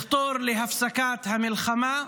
לחתור להפסקת המלחמה,